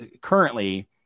currently